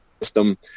system